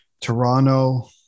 Toronto